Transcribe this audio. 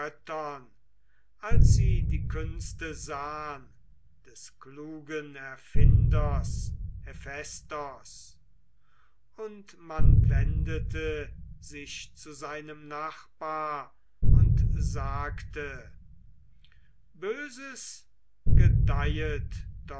als sie die künste sahn des klugen erfinders hephaistos und man wendete sich zu seinem nachbar und sagte böses gedeihet